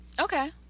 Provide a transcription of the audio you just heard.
Okay